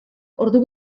ordu